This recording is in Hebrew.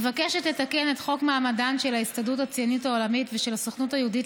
מבקשת לתקן את חוק מעמדן של ההסתדרות הציונית העולמית ושל הסוכנות היהודית